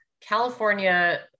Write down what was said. California